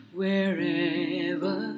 wherever